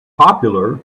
popular